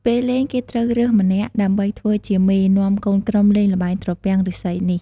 ពេលលែង គេត្រូវរើសម្នាក់ ដើម្បីធ្វើជាមេ នាំកូនក្រុមលេងល្បែងត្រពាំងឬស្សីនេះ។